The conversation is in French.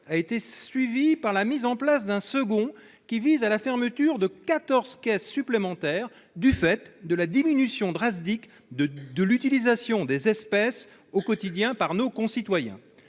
a été suivi d'un second, visant à la fermeture de quatorze caisses supplémentaires du fait de la diminution drastique de l'utilisation des espèces au quotidien par nos concitoyens.